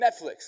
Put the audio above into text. Netflix